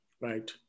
right